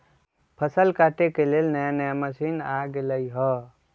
फसल काटे के लेल नया नया मशीन आ गेलई ह